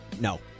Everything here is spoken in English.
no